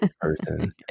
person